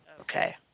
Okay